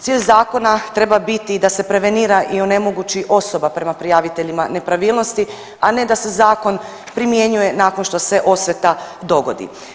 Cilj zakona treba biti da se prevenira i onemogući osoba prema prijaviteljima nepravilnosti, a ne da se zakon primjenjuje nakon što se osveta dogodi.